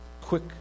quick